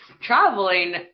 traveling